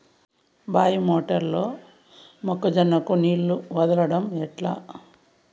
బాయి మోటారు లో మొక్క జొన్నకు నీళ్లు వదలడం ఎట్లా?